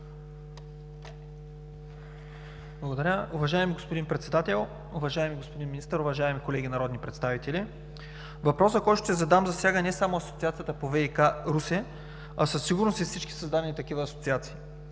Благодаря Ви. Уважаеми господин Председател, уважаеми господин Министър, уважаеми колеги народни представители! Въпросът, който ще задам, засяга не само Асоциацията по ВиК – Русе, а със сигурност всички такива създадени асоциации.